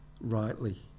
rightly